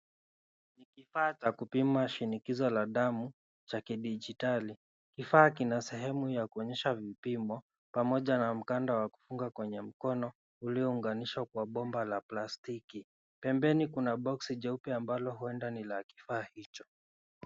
Ni kifaa cha kupima shinikizo la damu cha kidijitaki, kifaa kina sehemu ya kunyesha mpimo pamoja na mkanda wa kufunga kwenye mkono uliounganishwa kwa bomba la plastiki. Pembeni kuna boksi jeupe ambalo huenda ni la kifaa hicho.